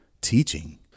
teaching